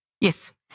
Yes